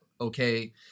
okay